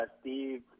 Steve